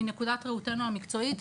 מנקודת ראותנו המקצועית,